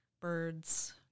birds